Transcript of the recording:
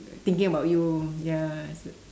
thinking about you ya